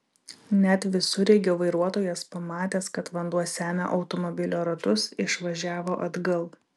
net visureigio vairuotojas pamatęs kad vanduo semia automobilio ratus išvažiavo atgal